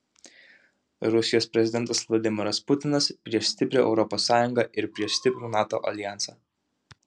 rusijos prezidentas vladimiras putinas prieš stiprią europos sąjungą ir prieš stiprų nato aljansą